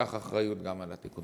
ייקחו אחריות גם לתיקון?